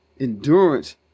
endurance